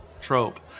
trope